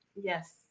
Yes